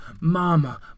mama